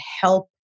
help